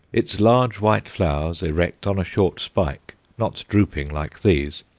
its large white flowers, erect on a short spike, not drooping like these,